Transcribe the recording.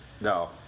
No